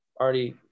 already